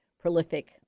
prolific